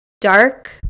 dark